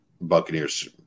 Buccaneers